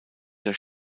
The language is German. der